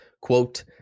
quote